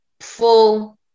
full